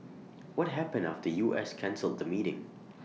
what happened after U S cancelled the meeting